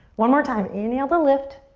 one more time, inhale to lift.